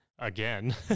again